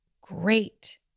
great